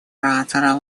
оратора